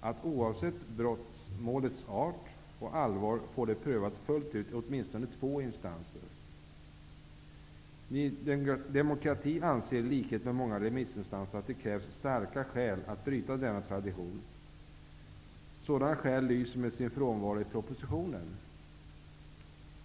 att oavsett brottmålets art och allvar få det prövat fullt ut i åtminstone två instanser. Ny demokrati anser i likhet med många remissinstanser att det krävs starka skäl att bryta denna tradition. Sådana skäl lyser med sin frånvaro i propositionen.